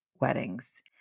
weddings